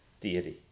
deity